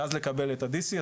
ואז לקבל את ה-DC,